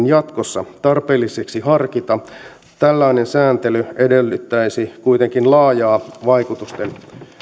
jatkossa katsottaisiin tarpeelliseksi asiaa harkita tällainen sääntely edellyttäisi kuitenkin laajaa vaikutusten